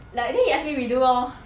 like then he ask me redo lor